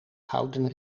gouden